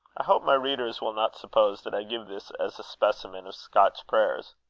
i hope my readers will not suppose that i give this as a specimen of scotch prayers.